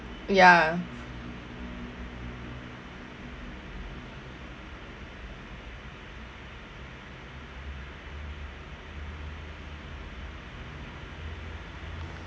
ya